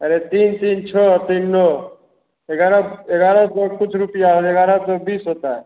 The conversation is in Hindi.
अरे तीन तीन छः तीन नौ ग्यारह ग्यारह सौ कुछ रुपया हो ग्यारह सो बीस होता है